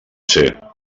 ser